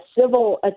civil